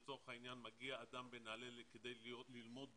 לצורך העניין מגיע אדם בנעל"ה כדי ללמוד במוסד,